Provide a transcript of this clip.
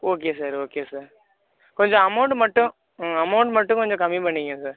okay sir okay sir கொஞ்சம் amount மட்டும் கொஞ்சம் அமௌண்ட் மட்டும் கம்மி பண்ணிக்கீங்க சார்